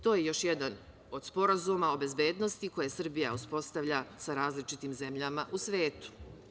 To je još jedan od sporazuma o bezbednosti koje Srbija uspostavlja sa različitim zemljama u svetu.